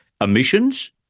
emissions